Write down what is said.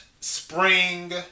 spring